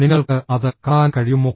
നിങ്ങൾക്ക് അത് കാണാൻ കഴിയുമോ